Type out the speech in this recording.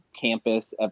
campus